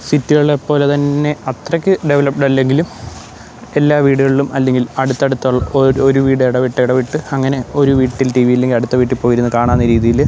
സിറ്റികളെ പോലെ തന്നെ അത്രയ്ക്ക് ഡെവലപ്ഡ് അല്ലെങ്കിലും എല്ലാ വീടുകളിലും അല്ലെങ്കിൽ അടുത്ത് അടുത്ത് ഒരു വീട് ഇടവിട്ടിടവിട്ട് അങ്ങനെ ഒരു വീട്ടിൽ ടിവി ഇല്ലെങ്കിൽ അടുത്ത വീട്ടിൽ പോയി ഇരുന്ന് കാണാവുന്ന രീതിയിൽ